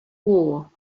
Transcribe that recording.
war